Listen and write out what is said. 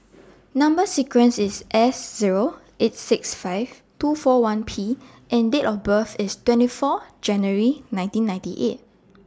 Number sequence IS S Zero eight six five two four one P and Date of birth IS twenty four January nineteen ninety eight